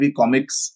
comics